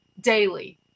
daily